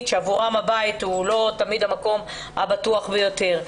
שעבורם הבית הוא לא תמיד המקום הבטוח ביותר.